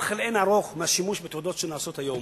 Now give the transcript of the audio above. לאין ערוך מהשימוש בתעודות שנעשה היום,